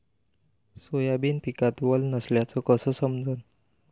Soybean पिकात वल नसल्याचं कस समजन?